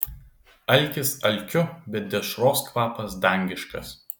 alkis alkiu bet dešros kvapas dangiškas